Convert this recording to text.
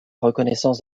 reconnaissance